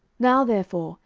now therefore,